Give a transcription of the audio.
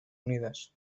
unidas